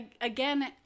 Again